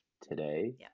today